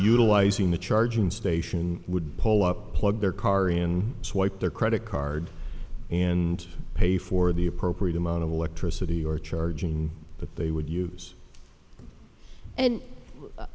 utilizing the charging station would pull up plug their car in swipe their credit card and pay for the appropriate amount of electricity or charging but they would use and